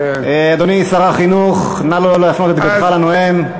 אדוני שר החינוך, נא לא להפנות את גבך לנואם.